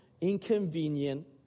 inconvenient